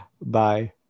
Bye